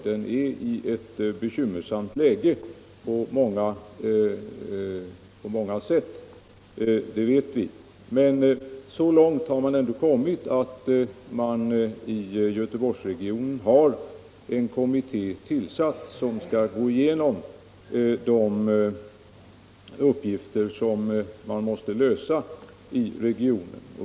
Den är i ett bekymmersamt läge på många sätt, det vet vi, men så långt har man ändock kommit att man i Göteborgsregionen har en kommitté tillsatt som skall gå igenom de uppgifter som måste lösas i regionen.